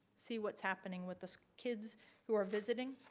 see what's happening with the kids who are visiting.